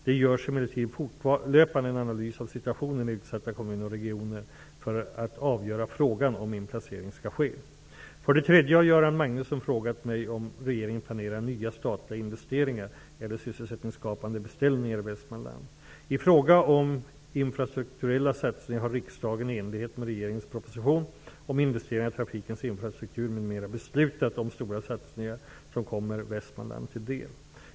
Det görs emellertid fortlöpande en analys av situationen i utsatta kommuner och regioner för att avgöra frågan om inplacering skall ske. För det tredje har Göran Magnusson frågat mig om regeringen planerar nya statliga investeringar eller sysselsättningsskapande beställningar i Västmanland. I fråga om infrastrukturella satsningar har riksdagen i enlighet med regeringens proposition 1992/93:176 om investeringar i trafikens infrastruktur m.m. beslutat om stora satsningar som kommer Västmaland till del.